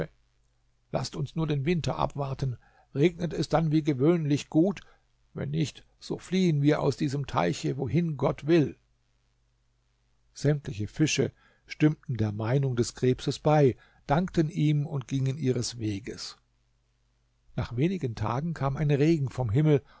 laßt uns nur den winter abwarten regnet es dann wie gewöhnlich gut wenn nicht so fliehen wir aus diesem teiche wohin gott will sämtliche fische stimmten der meinung des krebses bei dankten ihm und gingen ihres weges nach wenigen tagen kam ein regen vom himmel